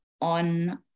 on